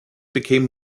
became